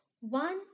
One